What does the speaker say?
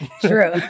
True